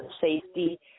Safety